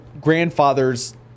grandfathers